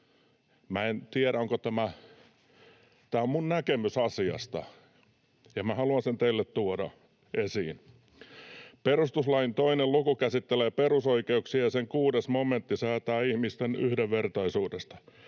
en tiedä, onko tämä... Tämä on minun näkemykseni asiasta, ja minä haluan sen teille tuoda esiin. ”Perustuslain 2 luku käsittelee perusoikeuksia, ja sen 6 momentti säätää ihmisten yhdenvertaisuudesta: